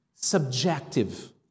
subjective